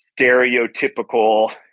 stereotypical